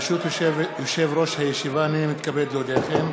ברשות יושב-ראש הישיבה, הנני מתכבד להודיעכם,